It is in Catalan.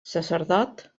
sacerdot